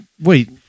Wait